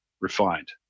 refined